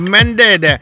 Mended